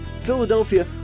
Philadelphia